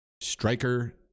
Striker